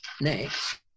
Next